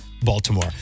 Baltimore